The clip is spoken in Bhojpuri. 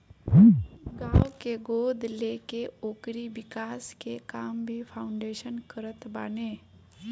गांव के गोद लेके ओकरी विकास के काम भी फाउंडेशन करत बाने